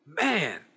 man